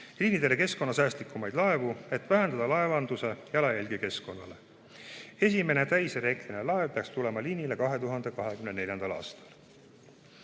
liinidele keskkonnasäästlikumaid laevu, et vähendada laevanduse keskkonnajalajälge. Esimene täiselektriline laev peaks tulema liinile 2024. aastal.